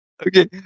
okay